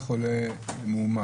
במידה שהתגלה חולה מאומת,